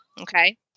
okay